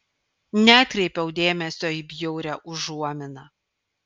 neatkreipiau dėmesio į bjaurią užuominą